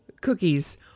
cookies